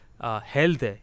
health